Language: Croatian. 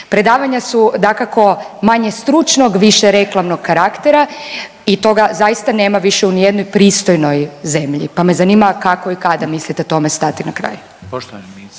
Predavanja su dakako manje stručnog, više reklamnog karaktera i toga zaista nema više u nijednoj pristojnoj zemlji, pa me zanima kako i kada mislite tome stati na kraj?